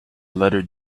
letter